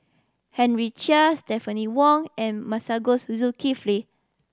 Henry Chia Stephanie Wong and Masagos Zulkifli